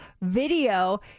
video